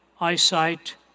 Eyesight